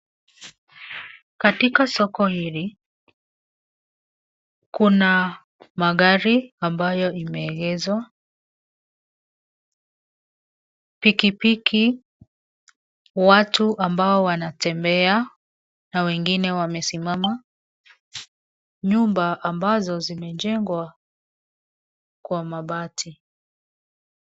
Katika soko hili, kuna magari ambayo imeegeshwa, pikipiki, watu ambao wanatebea na wengine wamesimama, nyumba ambazo zimejengwa kwa mabati.